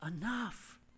enough